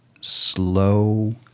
slow